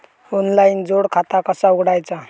Online जोड खाता कसा उघडायचा?